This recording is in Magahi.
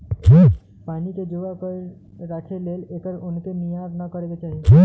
पानी के जोगा कऽ राखे लेल एकर अनेरो जियान न करे चाहि